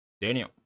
Daniel